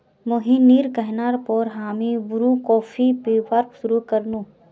मोहिनीर कहना पर हामी ब्रू कॉफी पीबार शुरू कर नु